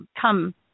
come